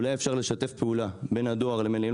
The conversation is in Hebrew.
אולי אפשר לשתף פעולה בין הדואר לבין המינהלים